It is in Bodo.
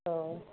औ